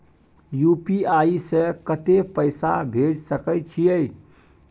UPI से कत्ते पैसा भेज सके छियै?